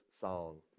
song